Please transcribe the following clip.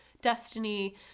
destiny